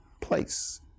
place